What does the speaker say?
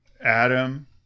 Adam